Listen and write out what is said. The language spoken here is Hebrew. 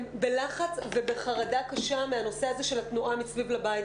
הם בלחץ ובחרדה קשה מהנושא הזה של התנועה מסביב לבית.